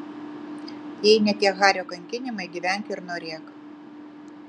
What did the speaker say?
jei ne tie hario kankinimai gyvenk ir norėk